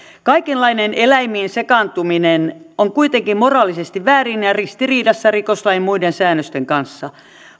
kaikenlainen eläimiin sekaantuminen on kuitenkin moraalisesti väärin ja ristiriidassa rikoslain muiden säännösten kanssa